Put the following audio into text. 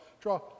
draw